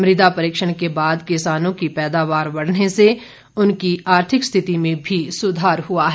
मृदा परीक्षण के बाद किसानों की पैदावार बढ़ने से उनकी आर्थिक स्थिति में भी सुधार हुआ है